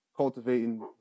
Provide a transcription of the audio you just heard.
cultivating